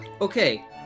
Okay